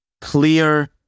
Clear